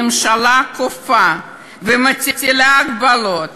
הממשלה כופה ומטילה הגבלות